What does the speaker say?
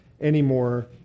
anymore